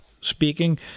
speaking